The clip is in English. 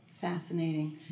Fascinating